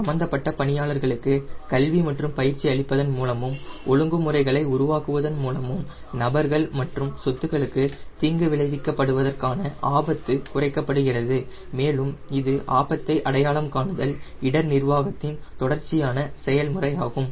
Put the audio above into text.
சம்பந்தப்பட்ட பணியாளர்களுக்கு கல்வி மற்றும் பயிற்சி அளிப்பதன் மூலமும் ஒழுங்குமுறைகளை உருவாக்குவதன் மூலமும் நபர்கள் மற்றும் சொத்துக்களுக்கு தீங்கு விளைவிக்கப்படுவதற்கான ஆபத்து குறைக்கப்படுகிறது மேலும் இது ஆபத்தை அடையாளம் காணுதல் மற்றும் இடர் நிர்வாகத்தின் தொடர்ச்சியான செயல்முறையாகும்